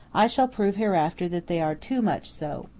i shall prove hereafter that they are too much so.